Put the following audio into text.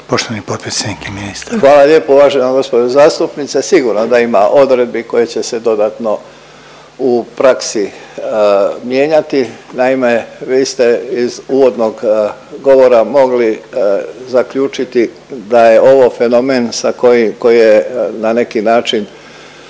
**Božinović, Davor (HDZ)** Hvala lijepo uvažena gospodo zastupnice. Sigurno da ima odredbi koje će se dodatno u praksi mijenjati. Naime, vi ste iz uvodnog govora mogli zaključiti da je ovo fenomen koji je na neki način